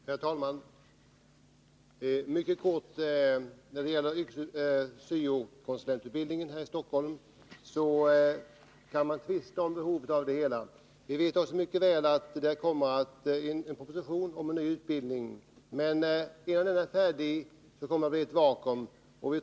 Herr talman! Mycket kort. Man kan givetvis tvista om behovet av syo-konsulentutbildning här i Stockholm. Vi vet mycket väl att det kommer en proposition om en ny utbildning, men innan den är färdig kommer det att bli ett vakuum.